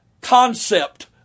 concept